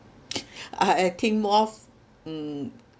uh I think more of mm